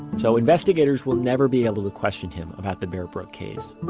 so investigators will never be able to question him about the bear brook case.